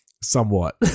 somewhat